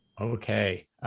okay